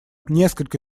несколько